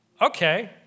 okay